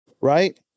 right